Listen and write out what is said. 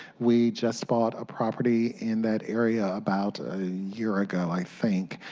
we just bought a property in that area about a year ago, i think.